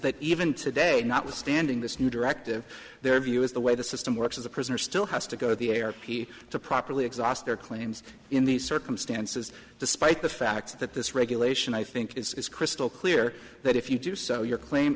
that even today notwithstanding this new directive their view is the way the system works as a prisoner still has to go to the air p to properly exhaust their claims in these circumstances despite the fact that this regulation i think it's crystal clear that if you do so your claim